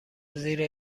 زیر